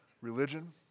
religion